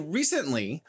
recently